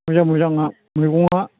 मोजां मोजांआ मैगंआ